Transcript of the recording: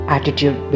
Attitude